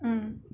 mm